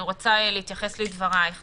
אני רוצה להתייחס לדבריה של אנה לרנר-זכות.